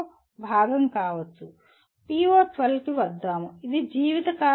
PO12 కి వద్దాముఇది జీవితకాల అభ్యాసం